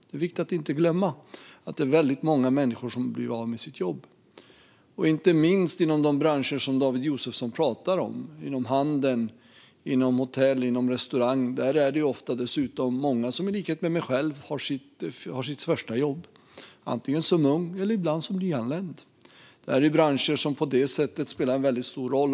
Det är viktigt att inte glömma att det är väldigt många människor som har blivit av med sitt jobb, inte minst i de branscher som David Josefsson pratar om: handeln, hotell och restaurang. Där är det många som, i likhet med mig, har sitt första jobb, antingen som ung eller som nyanländ. Det här är branscher som på det sättet spelar en väldigt stor roll.